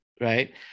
right